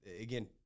again